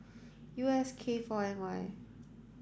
U S K four N Y